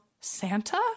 Santa